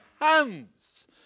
hands